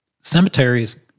Cemeteries